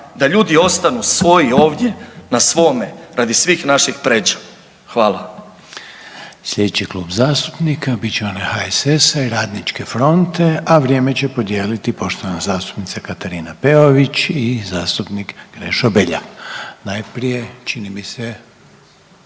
da ljudi ostanu svoji ovdje na svome radi svih naših pređa. Hvala.